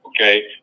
Okay